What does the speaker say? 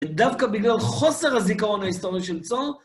ודווקא בגלל חוסר הזיכרון ההיסטורי של צור,